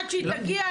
עד שהיא תגיע,